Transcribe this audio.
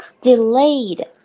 Delayed